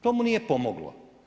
To mu nije pomoglo.